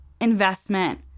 investment